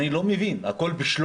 אני לא מבין, הכול בשלוף?